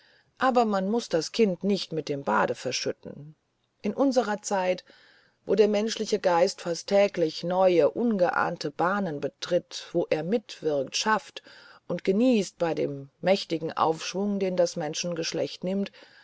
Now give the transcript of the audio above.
aber man muß das kind nicht mit dem bade verschütten in unserer zeit wo der menschliche geist fast täglich neue ungeahnte bahnen betritt wo er mitwirkt schafft und genießt bei dem mächtigen aufschwunge den das menschengeschlecht nimmt